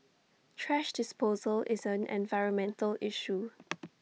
thrash disposal is an environmental issue